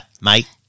mate